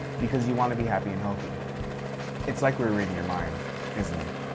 because you want to be happy and healthy it's like we're reading your mind isn't it?